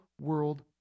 world